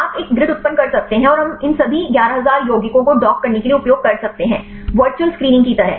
आप एक ग्रिड उत्पन्न कर सकते हैं और हम इन सभी 11000 यौगिकों को डॉक करने के लिए उपयोग कर सकते हैं वर्चुअल स्क्रीनिंग की तरह